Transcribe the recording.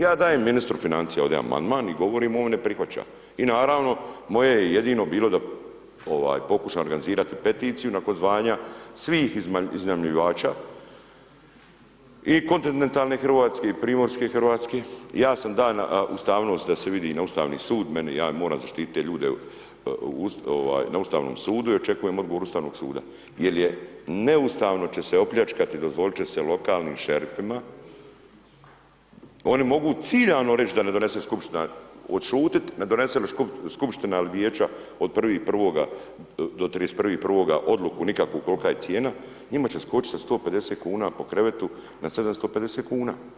Ja dajem ministru financija ovde amandman i govorim mu on ne prihvaća i naravno moje je jedino bilo da ovaj pokušam organizirati peticiju nakon zvanja svih iznajmljivača i kontinentalne Hrvatske i primorske Hrvatske, ja sam da na ustavnost da se vidi na Ustavni sud, meni ja moram zaštiti te ljude na Ustavnom sudu i očekujem odgovor Ustavnog suda, jel je neustavno će se opljačkati i dozvolit će se lokalnim šerifima oni mogu ciljano reći da ne donese skupština, odšutiti ne donese li skupština ili vijeća od 1.1. do 31.1. odluku nikakvu kolika je cijena njima će skočiti sa 150 kuna po krevetu na 750 kuna.